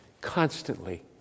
constantly